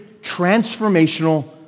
transformational